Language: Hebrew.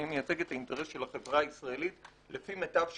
אני מייצג את האינטרס של החברה הישראלית לפי מיטב שיפוטי,